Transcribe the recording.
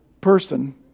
person